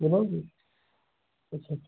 पता केह्